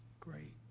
great.